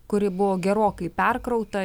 kuri buvo gerokai perkrauta